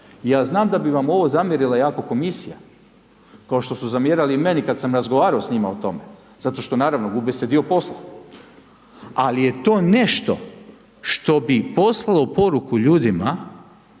Ja znam da bi vam ovo zamjerila jako Komisija, kao što su zamjerali i meni kad sam razgovarao s njima o tome. Zato što, naravno, gubi se dio posla. Ali je to nešto što bi poslalo poruku ljudima,